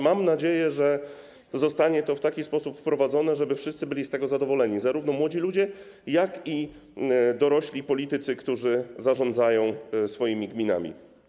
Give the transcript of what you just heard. Mam nadzieję, że zostanie to w taki sposób wprowadzone, żeby wszyscy byli z tego zadowoleni: zarówno młodzi ludzie, jak i dorośli politycy, którzy zarządzają swoimi gminami.